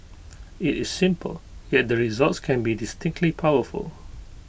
IT is simple yet the results can be distinctly powerful